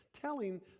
telling